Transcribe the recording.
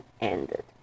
ended